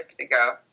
ago